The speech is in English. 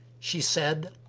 she said,